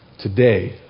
Today